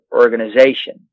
organization